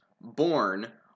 born